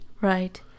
Right